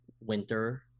winter